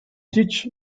ditch